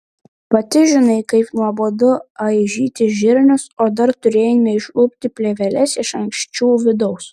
pati žinai kaip nuobodu aižyti žirnius o dar turėjome išlupti plėveles iš ankščių vidaus